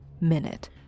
MINUTE